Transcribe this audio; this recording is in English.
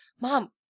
Mom